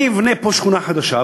אני אבנה פה שכונה חדשה,